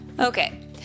Okay